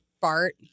Bart